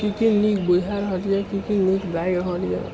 कि कि नीक बुझा रहल अइ कि कि नीक लागि रहल अइ